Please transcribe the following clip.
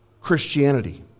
Christianity